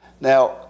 Now